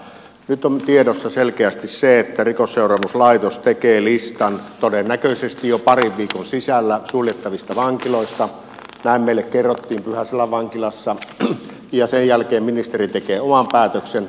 mutta nyt on tiedossa selkeästi se että rikosseuraamuslaitos tekee todennäköisesti jo parin viikon sisällä listan suljettavista vankiloista näin meille kerrottiin pyhäselän vankilassa ja sen jälkeen ministeri tekee oman päätöksen